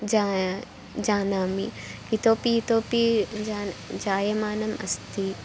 जाय जानामि इतोऽपि इतोऽपि जान् जायमानम् अस्ति